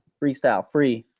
freestyle free,